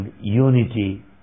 unity